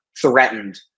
threatened